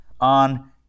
on